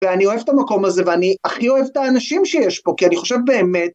ואני אוהב את המקום הזה, ואני הכי אוהב את האנשים שיש פה, כי אני חושב באמת...